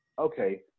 okay